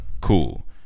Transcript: Cool